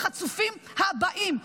החצופים הבאים,